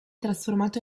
trasformato